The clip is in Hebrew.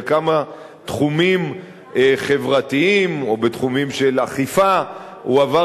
בכמה תחומים חברתיים או בתחומים של אכיפה הוא עבר